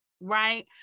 right